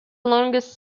longest